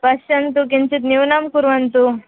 पश्यन्तु किञ्चित् न्यूनं कुर्वन्तु